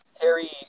Harry